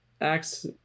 acts